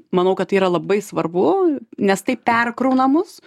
manau kad tai yra labai svarbu nes tai perkrauna mus